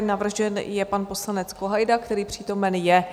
Navržen je pan poslanec Kohajda, který přítomen je.